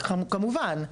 כמובן.